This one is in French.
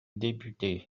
député